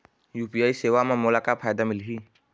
UPI सेवा म मोला का फायदा मिलही?